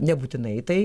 nebūtinai tai